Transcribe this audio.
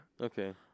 Okay